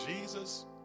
Jesus